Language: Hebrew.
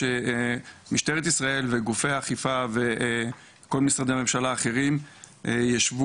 שמשטרת ישראל וגופי האכיפה וכל משרדי הממשלה האחרים ישבו,